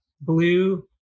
Blue